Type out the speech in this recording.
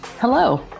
Hello